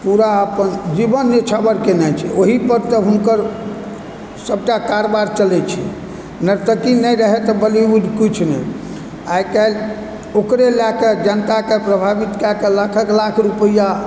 पूरा अपन जीवन निछावर केने छै ओहिपर तऽ हुनकर सभटा कारोबार चलय छै नर्तकी नहि रहे तऽ बॉलीवुड किछु नहि आइ काल्हि ओकरे लएके जनताक प्रभावित कएके लाखक लाख रुपैआ